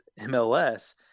MLS